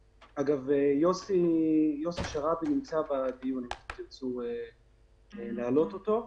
אגב, יוסי שרעבי נמצא בדיון, אם תרצו להעלות אותו.